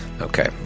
Okay